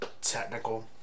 Technical